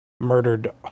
murdered